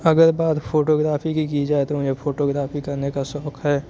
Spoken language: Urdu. اگر بات فوٹوگرافی کی کی جائے تو مجھے فوٹوگرافی کرنے کا شوق ہے